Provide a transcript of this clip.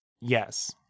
Yes